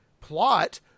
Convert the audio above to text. plot